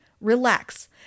relax